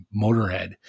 motorhead